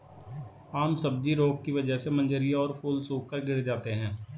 आम सब्जी रोग की वजह से मंजरियां और फूल सूखकर गिर जाते हैं